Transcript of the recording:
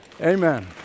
Amen